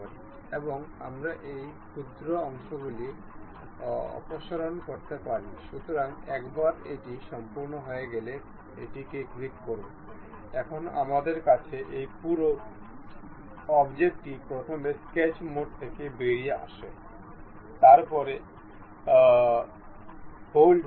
আসুন আমরা শুধু বলি যে এই লিনিয়ার কাপলারটি প্রদর্শন করার জন্য আমাদের দুটি ভিন্ন আইটেম প্রয়োজন